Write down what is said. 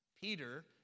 Peter